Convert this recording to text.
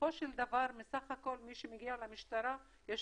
בסופו של דבר מסך הכול מי שמגיע למשטרה יש